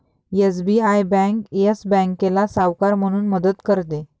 SBI bank Yes बँकेला सावकार म्हणून मदत करते